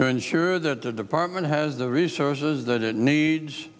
to ensure that the department has the resources that it needs